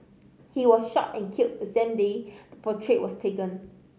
he was shot and killed the same day the portrait was taken